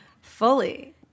Fully